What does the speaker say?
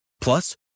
Plus